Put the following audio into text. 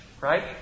right